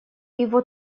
его